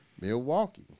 Milwaukee